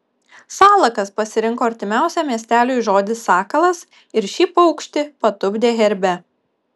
salakas pasirinko artimiausią miesteliui žodį sakalas ir šį paukštį patupdė herbe